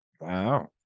Wow